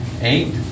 eight